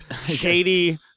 shady